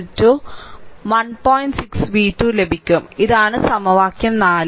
6 v2 ലഭിക്കും ഇതാണ് സമവാക്യം 4